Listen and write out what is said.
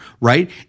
right